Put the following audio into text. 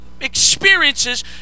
experiences